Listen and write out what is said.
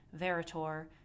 Veritor